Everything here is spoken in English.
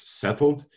settled